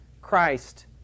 Christ